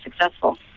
successful